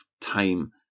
time